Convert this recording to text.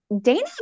Dana